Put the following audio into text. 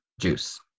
juice